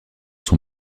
son